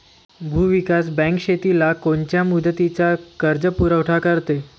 भूविकास बँक शेतीला कोनच्या मुदतीचा कर्जपुरवठा करते?